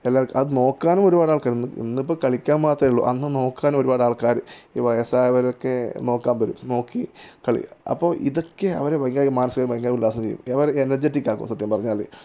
എല്ലാത് അത് നോക്കാനും ഒരുപാട് ആൾക്കാര് ഇന്നിപ്പോള് കളിക്കാൻ മാത്രമേയുള്ളൂ അന്ന് നോക്കാനും ഒരുപാട് ആൾക്കാര് ഈ വയസ്സായവരൊക്കെ നോക്കാൻ വരും നോക്കി കളി അപ്പോള് ഇതൊക്കെ അവരെ മാനസികമായി ഭയങ്കര ഉല്ലാസം ചെയ്യും എനർജെറ്റിക്കാക്കും സത്യം പറഞ്ഞാല്